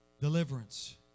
deliverance